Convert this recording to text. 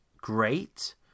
great